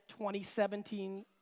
2017